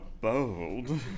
bold